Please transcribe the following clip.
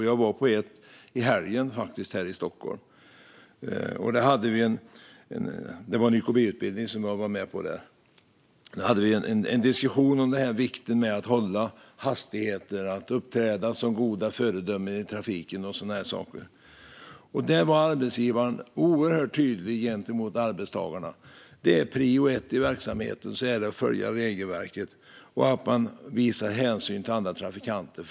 Jag besökte ett åkeri i Stockholm i helgen. Där var jag med på en YKB-utbildning. Vi hade en diskussion om vikten av att hålla hastigheter, att uppträda som goda föredömen i trafiken och så vidare. Arbetsgivaren var oerhört tydlig gentemot arbetstagarna om att prio ett i verksamheten är att följa regelverket och visa hänsyn till andra trafikanter.